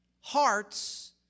hearts